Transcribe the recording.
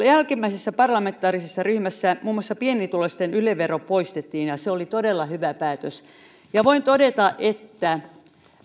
jälkimmäisessä parlamentaarisessa ryhmässä muun muassa pienituloisten yle vero poistettiin ja se oli todella hyvä päätös voin todeta että